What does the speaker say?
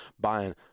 buying